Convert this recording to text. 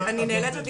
מודי, אתה צודק, אבל